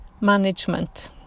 Management